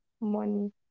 money